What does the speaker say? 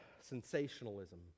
Sensationalism